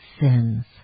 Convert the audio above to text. sins